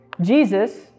Jesus